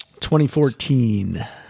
2014